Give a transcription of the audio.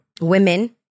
women